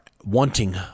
wanting